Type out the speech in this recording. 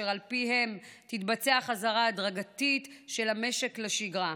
אשר על פיהם תתבצע חזרה הדרגתית של המשק לשגרה.